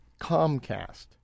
Comcast